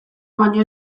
baino